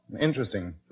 Interesting